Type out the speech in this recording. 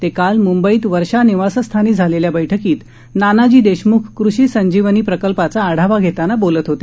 ते काल मुंबईत वर्षा निवासस्थानी झालेल्या बैठकीत नानाजी देशमुख कृषी संजीवनी प्रकल्पाचा आढावा घेताना बोलत होते